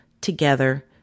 together